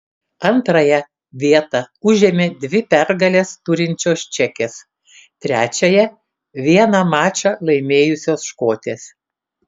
antrąją vietą užėmė dvi pergales turinčios čekės trečiąją vieną mačą laimėjusios škotės